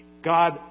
God